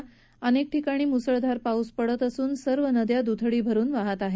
जिल्ह्यात अनेक ठिकाणी मुसळधार पाऊस पडत असून सर्व नद्या दुथडी भरून वाहत आहेत